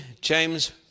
James